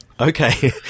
Okay